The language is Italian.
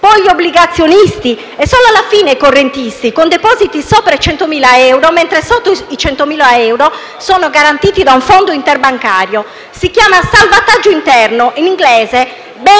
poi gli obbligazionisti e solo alla fine i correntisti con depositi sopra i 100.000 euro, mentre sotto i 100.000 euro sono garantiti da un fondo interbancario. Si chiama salvataggio interno, in inglese *bail